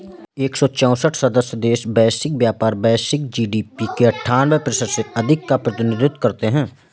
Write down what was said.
एक सौ चौसठ सदस्य देश वैश्विक व्यापार, वैश्विक जी.डी.पी के अन्ठान्वे प्रतिशत से अधिक का प्रतिनिधित्व करते हैं